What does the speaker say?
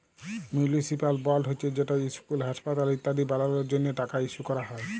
municipal board হছে যেট school, হাঁসপাতাল ইত্যাদি বালালর জ্যনহে টাকা ইস্যু ক্যরা হ্যয়